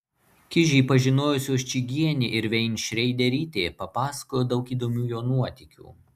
kižį pažinojusios čygienė ir veinšreiderytė papasakojo daug įdomių jo nuotykių